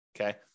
okay